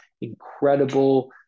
incredible